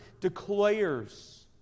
declares